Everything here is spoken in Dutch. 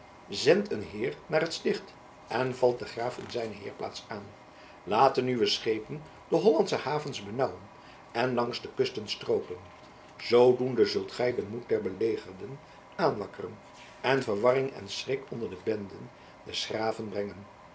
zendt een heir naar het sticht en valt den graaf in zijne legerplaats aan laten uwe schepen de hollandsche havens benauwen en langs de kusten stroopen zoodoende zult gij den moed der belegerden aanwakkeren en verwarring en schrik onder de benden des graven brengen